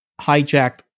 hijacked